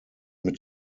mit